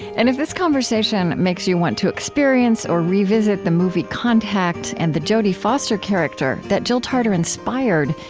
and if this conversation makes you want to experience or revisit the movie contact and the jodie foster character that jill tarter inspired,